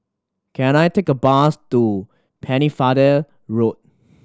can I take a bus to Pennefather Road